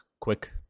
quick